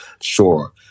Sure